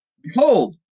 Behold